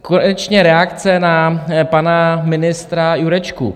Konečně reakce na pana ministra Jurečku.